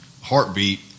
heartbeat